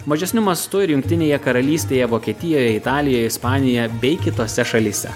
mažesniu mastu ir jungtinėje karalystėje vokietijoj italijoj ispanija bei kitose šalyse